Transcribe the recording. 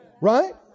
Right